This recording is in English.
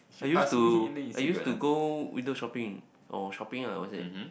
I used to I used to go window shopping or shopping ah I would say